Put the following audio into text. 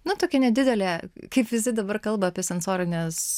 nu tokia nedidelė kaip visi dabar kalba apie sensorines